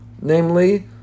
Namely